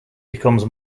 becomes